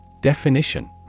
Definition